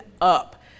up